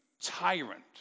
tyrant